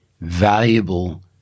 valuable